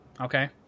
Okay